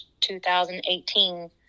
2018